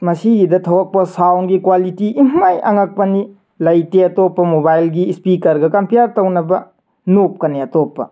ꯃꯁꯤꯒꯤꯗ ꯊꯣꯛꯂꯛꯄ ꯁꯥꯎꯟꯒꯤ ꯀ꯭ꯋꯥꯂꯤꯇꯤ ꯏꯃꯥꯏ ꯑꯉꯛꯄꯅꯤ ꯂꯩꯇꯦ ꯑꯇꯣꯞꯄ ꯃꯣꯕꯥꯏꯜꯒꯤ ꯏꯁꯄꯤꯀꯔꯒ ꯀꯝꯄꯦꯌꯥꯔ ꯇꯧꯅꯕ ꯅꯣꯞꯀꯅꯤ ꯑꯇꯣꯞꯄ